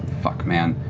fuck, man.